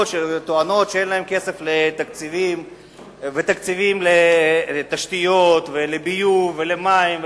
שטוענות שאין להן כסף ותקציבים לתשתיות ולביוב ולמים.